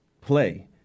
play